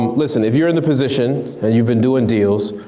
listen if you're in the position, and you've been doin' deals,